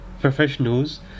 professionals